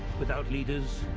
without leaders.